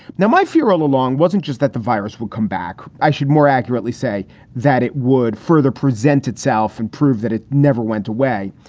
now, my fear all along wasn't just that the virus will come back. i should more accurately say that it would further present itself and prove that it never went away.